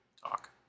talk